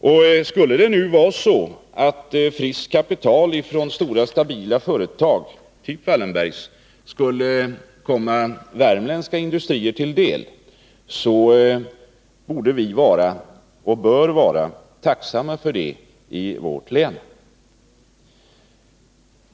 Om friskt kapital från stora stabila företag, typ Wallenbergs, kunde komma värmländska industrier till del borde vi vara tacksamma för det i vårt län.